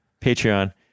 Patreon